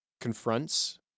confronts